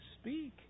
speak